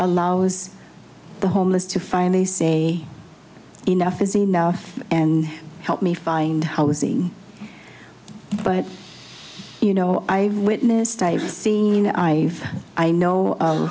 allows the homeless to finally say enough is enough and help me find housing but you know i've witnessed i've seen i i know